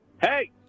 Hey